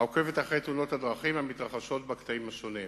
העוקבת אחרי תאונות הדרכים המתרחשות בקטעים השונים.